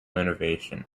innovation